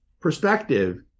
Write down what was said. perspective